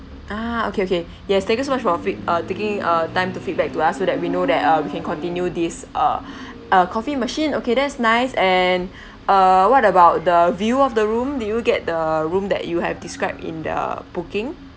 ah okay okay yes thank you so much for feed~ uh taking uh time to feedback to us so that we know that uh we can continue this uh uh coffee machine okay that's nice and uh what about the view of the room did you get the room that you have described in the booking